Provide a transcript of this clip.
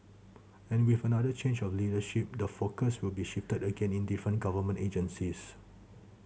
and with another change of leadership the focus will be shifted again in different government agencies